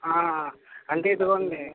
అంటే ఇదిగోండి